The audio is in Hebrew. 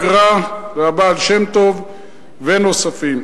תלמידי הגר"א והבעל-שם-טוב ונוספים.